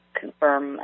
confirm